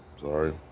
sorry